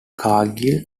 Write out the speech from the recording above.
cargill